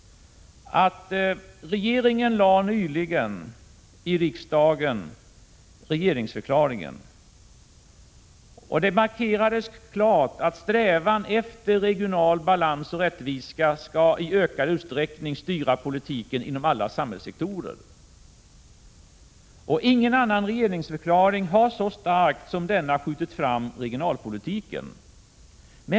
Regeringen lade nyligen fram regeringsförklaringen i riksdagen. Där markerades klart att strävan efter regional balans och rättvisa i ökad utsträckning skall styra politiken inom alla samhällssektorer. Ingen annan regeringsförklaring har så starkt som denna skjutit fram regionalpolitiken.